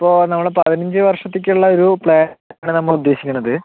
ഇപ്പോൾ നമ്മള് പതിനഞ്ച് വർഷത്തേക്ക് ഉള്ള ഒരു പ്ലാൻ ആണ് നമ്മള് ഉദ്ദേശിക്കണത്